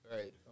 Right